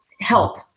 Help